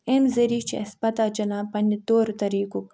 أمۍ ذٔریعہِ چھِ اَسہِ پتا چلان پَنٛنہِ طور طریٖقُک